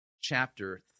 chapter